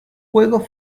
juego